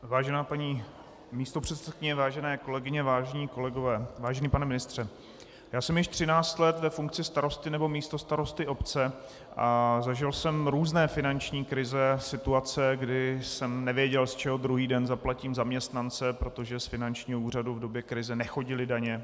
Vážená paní místopředsedkyně, vážené kolegyně, vážení kolegové, vážený pane ministře, já jsem již 13 let ve funkci starosty nebo místostarosty obce a zažil jsem různé finanční krize a situace, kdy jsem nevěděl, z čeho druhý den zaplatím zaměstnance, protože z finančního úřadu v době krize nechodily daně.